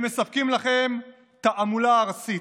הם מספקים לכם תעמולה ארסית.